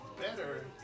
better